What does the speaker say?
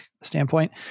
standpoint